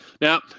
Now